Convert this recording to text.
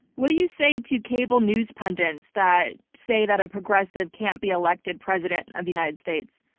what do you say to cable news pundits that say that a progressive can't be elected president of the united states?